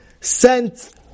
sent